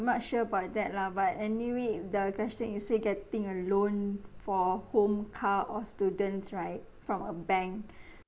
I'm not sure about that lah but anyway the question is say getting a loan for home car or students right from a bank